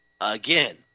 again